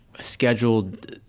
scheduled